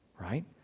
right